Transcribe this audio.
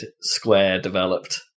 Square-developed